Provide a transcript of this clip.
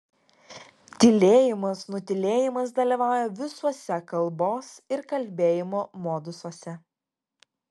tylėjimas nutylėjimas dalyvauja visuose kalbos ir kalbėjimo modusuose